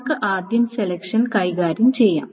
നമുക്ക് ആദ്യം സെലക്ഷൻ കൈകാര്യം ചെയ്യാം